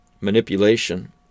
manipulation